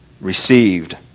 received